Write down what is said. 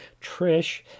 Trish